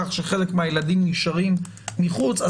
כך שחלק מהילדים נשארים מחוץ לסיור,